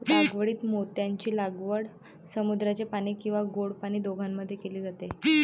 लागवडीत मोत्यांची लागवड समुद्राचे पाणी किंवा गोड पाणी दोघांमध्ये केली जाते